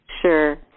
Sure